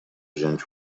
wziąć